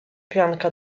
pianka